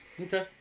okay